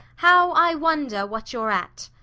how i wonder what you're at!